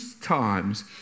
times